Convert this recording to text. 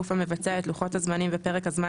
או לא אישר הגוף המבצע את לוחות הזמנים ופרק הזמן